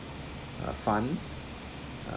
uh funds uh